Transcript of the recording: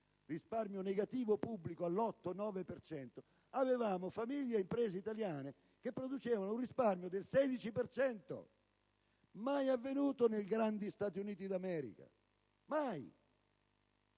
risparmio negativo pubblico all'8-9 per cento, avevamo famiglie e imprese italiane che producevano un risparmio del 16 per cento! Mai avvenuto nei grandi Stati Uniti d'America; mai!